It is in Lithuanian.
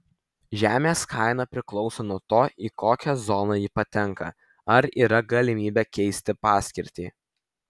žemės kaina priklauso nuo to į kokią zoną ji patenka ar yra galimybė keisti paskirtį